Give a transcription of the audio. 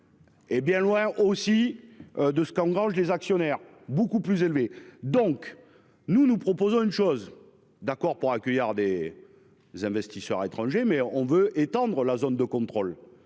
Et bien loin aussi de ce qu'engrange des actionnaires beaucoup plus élevé. Donc nous, nous proposons une chose. D'accord pour accueillir des. Investisseurs étrangers mais on veut étendre la zone de contrôle